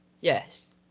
Yes